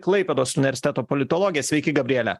klaipėdos universiteto politologė sveiki gabriele